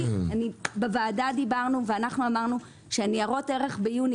בוועדה דיברנו ואמרנו שניירות ערך ביוני